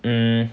mm